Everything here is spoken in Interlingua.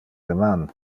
deman